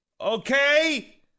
okay